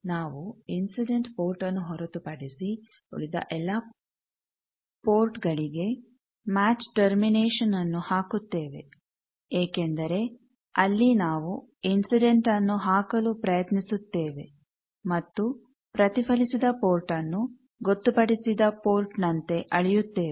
ನಾವು ಇನ್ಸಿಡೆಂಟ್ ಪೋರ್ಟ್ನ್ನು ಹೊರತುಪಡಿಸಿ ಉಳಿದ ಎಲ್ಲಾ ಪೋರ್ಟ್ಗಳಿಗೆ ಮ್ಯಾಚ್ ಟರ್ಮಿನೇಶನ್ಅನ್ನು ಹಾಕುತ್ತೇವೆ ಏಕೆಂದರೆ ಅಲ್ಲಿ ನಾವು ಇನ್ಸಿಡೆಂಟ್ಅನ್ನು ಹಾಕಲು ಪ್ರಯತ್ನಿಸುತ್ತೇವೆ ಮತ್ತು ಪ್ರತಿಫಲಿಸಿದ ಪೋರ್ಟ್ಅನ್ನು ಗೊತ್ತುಪಡಿಸಿದ ಪೋರ್ಟ್ನಂತೆ ಅಳೆಯುತ್ತೇವೆ